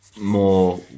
more